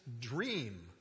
dream